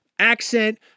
Accent